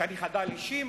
שאני חדל-אישים?